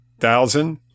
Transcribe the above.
thousand